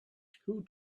who